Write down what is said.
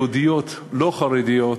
יהודיות לא חרדיות,